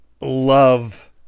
love